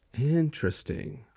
Interesting